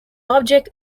object